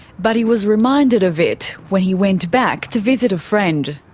but he was reminded of it when he went back to visit a friend.